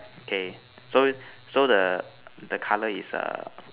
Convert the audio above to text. okay so so the the color is